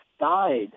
Died